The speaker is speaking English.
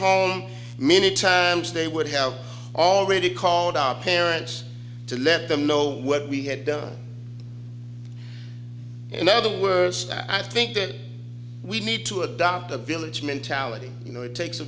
home minute they would have already called up parents to let them know what we had done in other words that i think that we need to adopt a village mentality you know it takes a